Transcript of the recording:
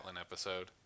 episode